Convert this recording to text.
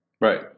Right